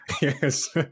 yes